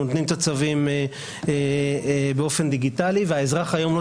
אנחנו נותנים את הצווים באופן דיגיטלי והאזרח היום לא